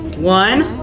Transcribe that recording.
one.